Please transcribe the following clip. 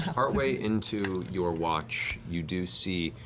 partway into your watch, you do see,